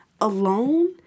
alone